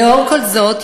לאור כל זאת,